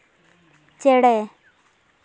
ᱪᱮᱬᱮ